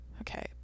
okay